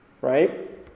Right